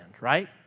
right